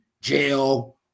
jail